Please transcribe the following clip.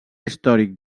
històric